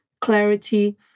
clarity